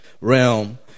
realm